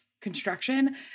construction